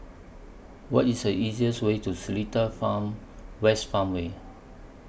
What IS The easier's Way to Seletar Farm West Farmway